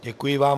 Děkuji vám.